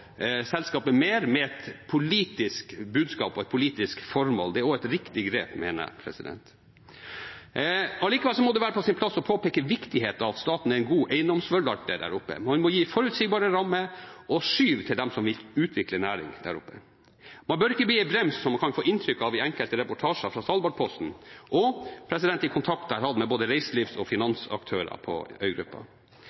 selskapet mer med et politisk budskap og et politisk formål. Det er også et riktig grep, mener jeg. Allikevel må det være på sin plass å påpeke viktigheten av at staten er en god eiendomsforvalter der oppe. Man må gi forutsigbare rammer og et skyv til dem som vil utvikle næring der. Man bør ikke bli en brems, slik man kan få inntrykk av i enkelte reportasjer fra Svalbardposten og i kontakt jeg har hatt med både reiselivs- og